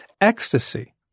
ecstasy